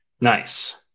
Nice